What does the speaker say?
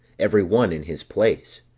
every one in his place